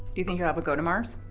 do you think you'll ever go to mars?